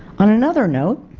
on another note,